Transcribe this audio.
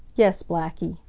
yes, blackie.